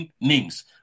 names